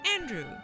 Andrew